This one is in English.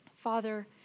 Father